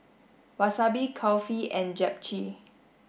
Wasabi Kulfi and Japchae